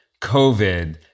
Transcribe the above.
COVID